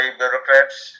bureaucrats